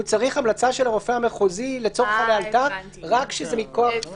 הוא צריך המלצה של הרופא המחוזי לצורך ה"לאלתר" רק כשזה מכוח סעיף הסל.